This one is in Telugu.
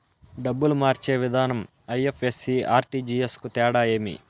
డబ్బులు మార్చే విధానం ఐ.ఎఫ్.ఎస్.సి, ఆర్.టి.జి.ఎస్ కు తేడా ఏమి?